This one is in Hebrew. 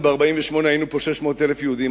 אנחנו ב-1948 היינו פה 600,000 יהודים.